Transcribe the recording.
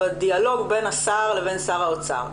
בדיאלוג בין השר לבין שר האוצר.